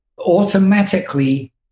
automatically